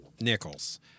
Nichols